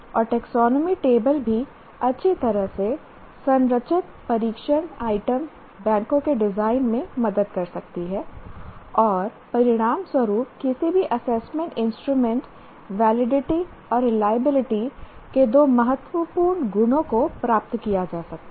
और taxonomy table भी अच्छी तरह से संरचित परीक्षण आइटम बैंकों के डिजाइन में मदद कर सकती है और परिणामस्वरूप किसी भी असेसमेंट इंस्ट्रूमेंट वैलिडिटी और रिलायबिलिटी के दो महत्वपूर्ण गुणों को प्राप्त किया जा सकता है